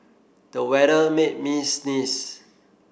the weather made me sneeze